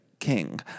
king